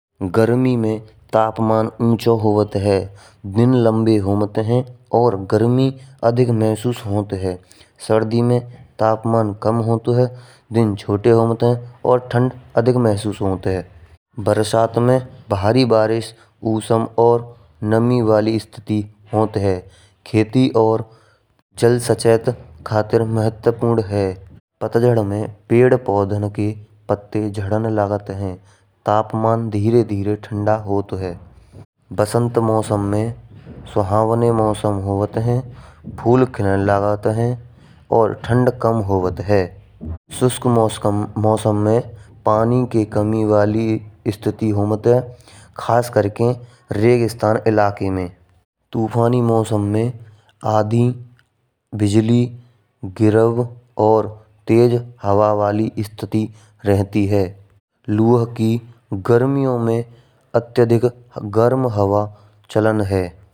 गर्मी में तापमान ऊँचा होत हैं। दिन लंबे होत हैं। और गर्मी अधिक महसूस होत हैं। सर्दी में तापमान कम होत हैं। दिन छोटे होत हैं और ठंड अधिक महसूस होत हैं। बरसात में भारी बारिश मौसम और नामी वाले स्थिति बहुत होत हैं। खेती और जल सचेत खातिर महत्वपूर्ण हैं। पतझड़ में पेड़ पौधों की पत्तियाँ झड़त लागत हैं। तापमान धीरे-धीरे ठंडा होत हैं। बसंत मौसम में सुहावने मौसम होत हैं। फूल खिलन लागत हैं, और ठंड कम होत हैं। शुष्क मौसम में पानी के कमी वाली स्थिति होत हैं। खासकर के रेगिस्तान इलाके में। तूफानी मौसम में आंधी बिजली गरफ और तेज हवा वाले स्थिति रहती हैं। लो की गर्मियों में अत्यधिक गर्म हवा चलत हैं।